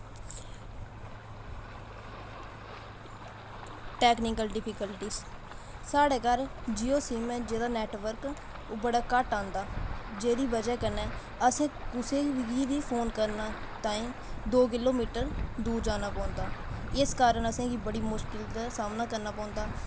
technical difficulties साढ़े घर Jio sim ऐ जेह्दा नेटवर्क बड़ा घट्ट आंदा जेह्दी बजह कन्नै असें कुसै गी फोन करने ताहीं दौ किलोमीटर दूर जाना पौंदा इस कारण असेंगी बड़ी मुशकल दा सामना करना पौंदा